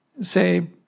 say